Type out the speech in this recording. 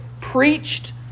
preached